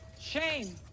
shame